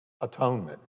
atonement